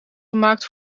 gemaakt